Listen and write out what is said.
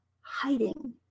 hiding